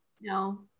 No